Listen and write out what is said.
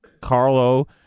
Carlo